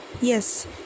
Yes